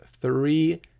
three